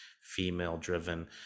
female-driven